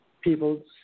people